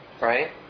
right